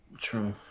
True